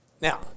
Now